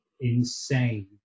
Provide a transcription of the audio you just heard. insane